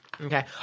Okay